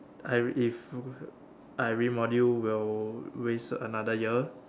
I if I remodule will waste another year